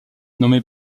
nommé